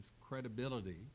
credibility